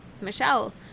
Michelle